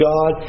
God